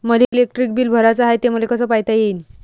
मले electric bill भराचं हाय, ते मले कस पायता येईन?